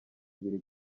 ibiri